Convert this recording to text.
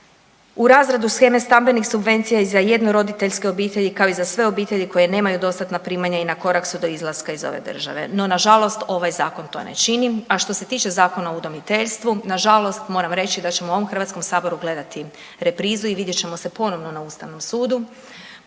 u razredu sheme stambenih subvencija i za jednoroditeljske obitelji kao i za sve obitelji koja nemaju dostatna primanja i na korak su do izlaska iz ove države, no nažalost ovaj zakon to ne čini. A što se tiče Zakona o udomiteljstvu nažalost moram reći da ćemo u ovom HS-u gledati reprizu i vidjet ćemo se ponovno na Ustavnom sudu.